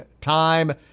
time